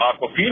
Aquafina